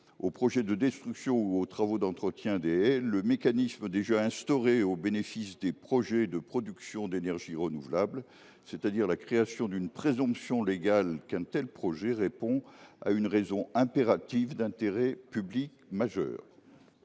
aux projets de destruction ou aux travaux d’entretien des haies le mécanisme déjà instauré au bénéfice des projets de production d’énergie renouvelable, c’est à dire la création d’une présomption légale qu’un tel projet répond à une raison impérative d’intérêt public majeur.